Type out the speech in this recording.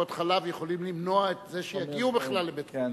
בטיפות-חלב יכולים למנוע את זה שיגיעו בכלל לבתי-חולים.